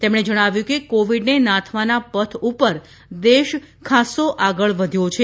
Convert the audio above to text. તેમણે જણાવ્યું હતું કે કોવીડને નાથવાના પથ ઉપર દેશ ખાસ્સો આગળ વધ્યો છે